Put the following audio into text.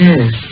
Yes